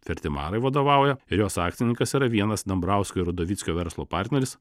fertimarai vadovauja ir jos akcininkas yra vienas dambrausko ir udovickio verslo partneris